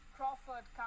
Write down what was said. Crawford